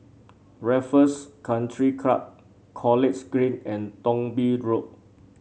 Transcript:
Raffles Country Club College Green and Thong Bee Road